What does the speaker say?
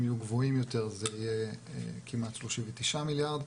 יהיו גבוהים יותר זה יהיה כמעט 39 מיליארד,